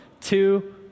two